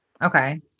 Okay